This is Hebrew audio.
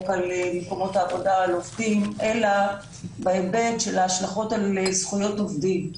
על מקומות עבודה על עובדים אלא בהיבט של ההשלכות על זכויות עובדים.